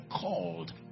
called